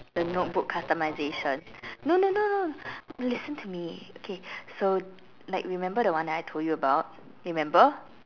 the notebook customization no no no no listen to me K so like remember the one that I told you about remember